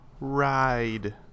ride